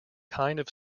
kind